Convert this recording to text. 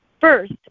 First